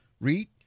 Read